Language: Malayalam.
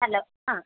ഹലോ ആ